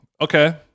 okay